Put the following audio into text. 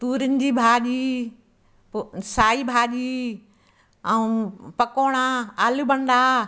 तूरीनि जी भाॼी पोइ साई भाॼी ऐं पकोड़ा आलू भंडा